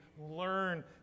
learn